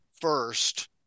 first